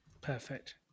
Perfect